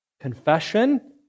confession